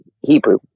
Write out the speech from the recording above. Hebrew